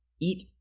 eat